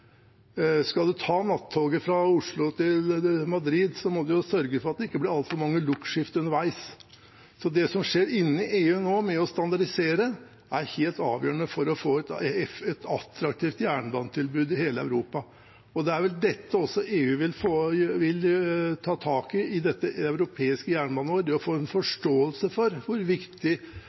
skal bestille nye tog. Vi er tjent med at EU får standarder, og at vi følger dem. Skal man ta nattoget fra Oslo til Madrid, må man sørge for at det ikke blir altfor mange lokskifter underveis. Det som skjer i EU nå med å standardisere, er helt avgjørende for å få et attraktivt jernbanetilbud i hele Europa, og det er jo dette også EU vil ta tak i